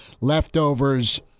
leftovers